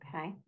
Okay